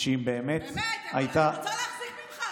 שאם באמת הייתה, די, באמת, אני רוצה להחזיק ממך.